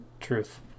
truth